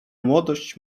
młodość